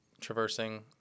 traversing